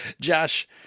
Josh